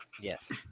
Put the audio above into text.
yes